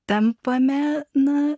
tampame na